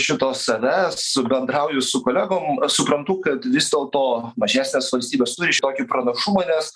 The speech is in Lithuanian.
šito savęs bendrauju su kolegom suprantu kad vis dėlto mažesnės valstybės turi šiokį pranašumą nes